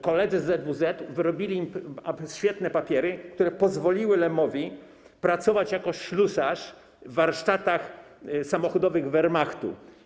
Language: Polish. Koledzy z ZWZ wyrobili im świetne papiery, które pozwoliły Lemowi pracować jako ślusarz w warsztatach samochodowych Wehrmachtu.